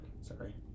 Sorry